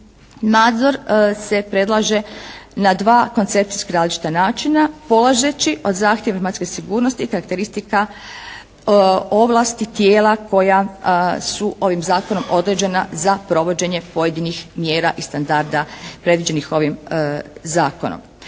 nadzor se predlaže na dva koncepcijski različita načina polazeći od zahtjevima informacijske sigurnosti, karakteristika ovlasti tijela koja su ovim zakonom određena za provođenje pojedinih mjera i standarda predviđenih ovim zakonom.